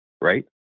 right